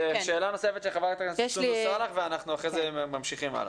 שאלה נוספת לחברת סונדוס סאלח ואנחנו אחרי זה ממשיכים הלאה.